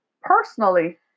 personally